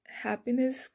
happiness